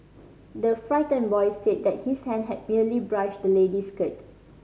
the frightened boy said that his hand had merely brushed the lady's skirt